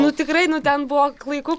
nu tikrai nu ten buvo klaiku